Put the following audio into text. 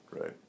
right